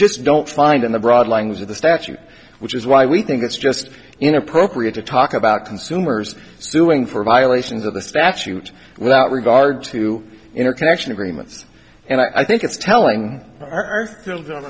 just don't find in the broad language of the statute which is why we think it's just inappropriate to talk about consumers suing for violations of the statute without regard to interconnection agreements and i think it's telling our